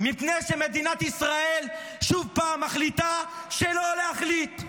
מפני שמדינת ישראל שוב פעם מחליטה שלא להחליט,